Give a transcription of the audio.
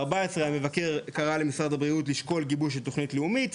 המבקר קרא למשרד הבריאות לשקול גיבוש של תוכנית לאומית,